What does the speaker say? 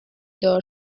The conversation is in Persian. دار